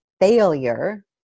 failure